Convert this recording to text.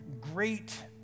great